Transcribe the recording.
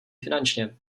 finančně